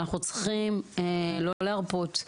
אנחנו צריכים לא להרפות,